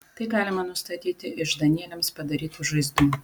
tai galima nustatyti iš danieliams padarytų žaizdų